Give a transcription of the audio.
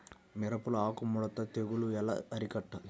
మిరపలో ఆకు ముడత తెగులు ఎలా అరికట్టాలి?